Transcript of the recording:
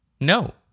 no